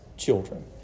Children